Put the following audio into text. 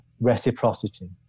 reciprocity